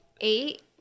Eight